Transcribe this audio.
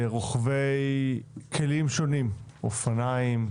ורוכבי כלים שונים אופניים,